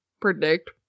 predict